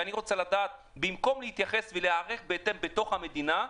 במקום להיערך בהתאם בתוך המדינה,